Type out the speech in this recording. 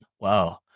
Wow